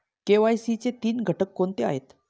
KYC चे तीन घटक कोणते आहेत?